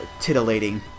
titillating